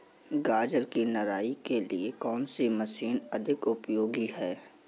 गाजर की निराई के लिए कौन सी मशीन अधिक उपयोगी है?